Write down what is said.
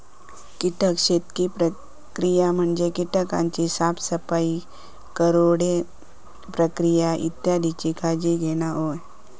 कीटक शेती प्रक्रिया म्हणजे कीटकांची साफसफाई, कोरडे प्रक्रिया इत्यादीची काळजी घेणा होय